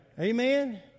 Amen